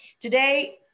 Today